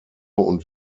und